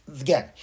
again